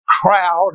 crowd